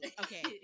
Okay